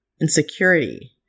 insecurity